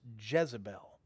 Jezebel